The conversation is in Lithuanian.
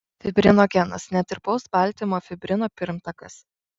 fibrinogenas netirpaus baltymo fibrino pirmtakas